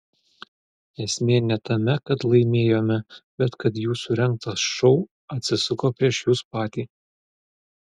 esmė ne tame kad laimėjome bet kad jūsų rengtas šou atsisuko prieš jus patį